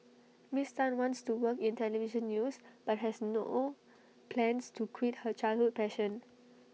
miss Tan wants to work in Television news but has no plans to quit her childhood passion